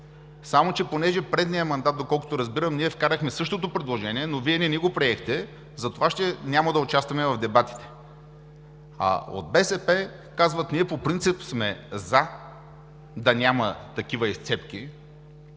„за“, но понеже предния мандат – доколкото разбирам – ние вкарахме същото предложение, но Вие не ни го приехте, няма да участваме в дебатите“. А от БСП казват: „Ние по принцип сме „за“ да няма такива изцепки,